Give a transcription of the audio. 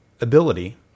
ability